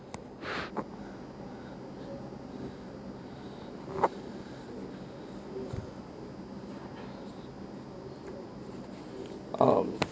um